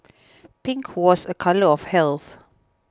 pink was a colour of health